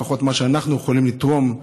לפחות במה שאנחנו יכולים לתרום,